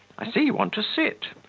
i see you want to sit.